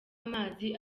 amazi